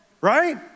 right